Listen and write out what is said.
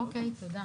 אוקיי, תודה.